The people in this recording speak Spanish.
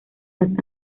las